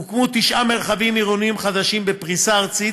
הוקמו תשעה מרחבים עירוניים חדשים בפריסה ארצית,